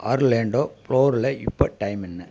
Orlando ப்ளோரில் இப்போ time என்ன